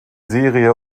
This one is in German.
serie